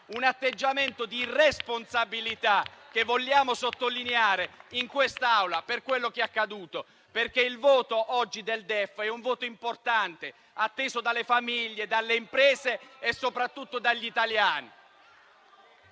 un atteggiamento di irresponsabilità che vogliamo sottolineare in quest'Aula per quello che è accaduto. Il voto oggi sul DEF è un voto importante, atteso dalle famiglie, dalle imprese e soprattutto dagli italiani.